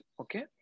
okay